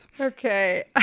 Okay